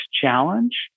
challenge